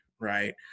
right